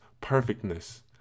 perfectness